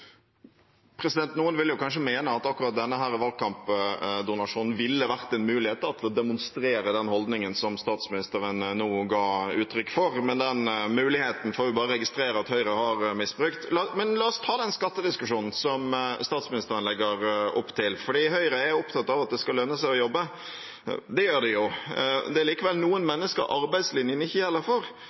kanskje mene at akkurat denne valgkampdonasjonen ville vært en mulighet til å demonstrere den holdningen som statsministeren nå ga uttrykk for, men den muligheten får vi bare registrere at Høyre har misbrukt. La oss ta den skattediskusjonen som statsministeren legger opp til. Høyre er opptatt av at det skal lønne seg å jobbe, og det gjør det jo. Det er likevel noen mennesker arbeidslinjen ikke gjelder for,